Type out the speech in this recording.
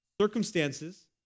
Circumstances